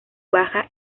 baja